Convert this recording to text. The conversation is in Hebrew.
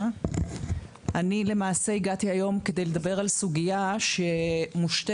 אני הגעתי היום כדי לדבר על סוגיה מושתקת,